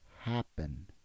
happen